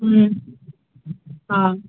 आं